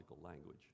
language